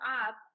up